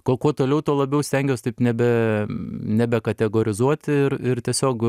kuo kuo toliau tuo labiau stengiuos taip nebe nebekategorizuoti ir ir tiesiog